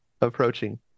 approaching